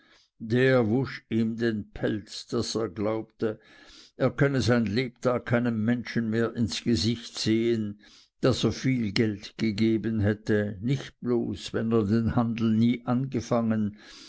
der wusch ihm den pelz daß er glaubte er könne sein lebtag keinem menschen mehr ins gesicht sehen daß er viel geld gegeben hätte nicht bloß wenn er den handel nie angefangen